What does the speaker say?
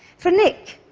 for nick,